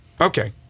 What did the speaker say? Okay